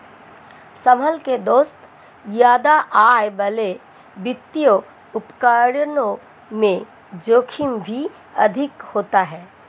संभल के दोस्त ज्यादा आय वाले वित्तीय उपकरणों में जोखिम भी अधिक होता है